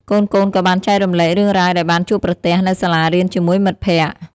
កូនៗក៏បានចែករំលែករឿងរ៉ាវដែលបានជួបប្រទះនៅសាលារៀនជាមួយមិត្តភក្តិ។